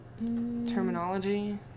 terminology